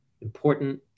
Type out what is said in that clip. important